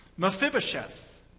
Mephibosheth